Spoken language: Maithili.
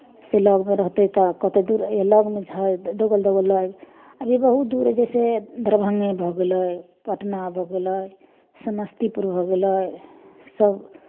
से लगमे रहतै तऽ कतहु दूर लगमे हइ तऽ दौगल दौगल लऽ एबै अभिए बहुत दूर हइ जइसे दरभंगे भऽ गेलै पटना भऽ गेलै समस्तीपुर भऽ गेलै सभ